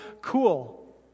cool